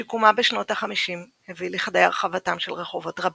שיקומה בשנות החמישים הביא לכדי הרחבתם של רחובות רבים,